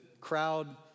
crowd